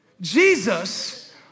Jesus